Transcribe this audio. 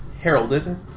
Heralded